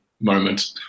moment